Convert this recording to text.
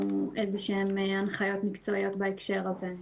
איזשהן הנחיות מקצועיות בהקשר הזה.